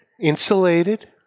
insulated